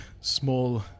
small